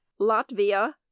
Latvia